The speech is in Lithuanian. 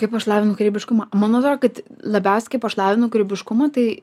kaip aš lavinu kūrybiškumą man atrodo kad labiausiai kaip aš lavinu kūrybiškumą tai